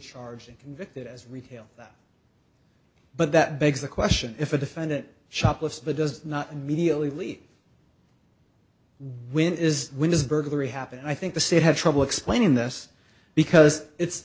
charging convicted as retail but that begs the question if a defendant shoplifts but does not immediately leave when it is when his burglary happened i think the state had trouble explaining this because it's